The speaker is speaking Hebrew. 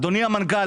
אדוני המנכ"ל,